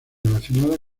relacionada